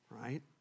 right